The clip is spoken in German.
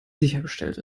sichergestellt